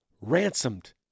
ransomed